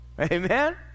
amen